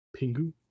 Pingu